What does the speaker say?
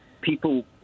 people